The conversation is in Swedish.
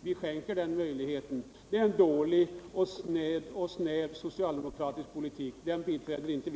de får de möjligheter som uthyrningsverksamheten ger. Det är en dålig och snäv socialdemokratisk politik, och den biträder inte vi.